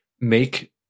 make